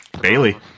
Bailey